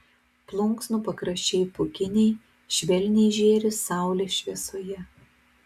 plunksnų pakraščiai pūkiniai švelniai žėri saulės šviesoje